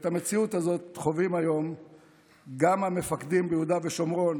את המציאות הזאת חווים היום גם המפקדים ביהודה ושומרון,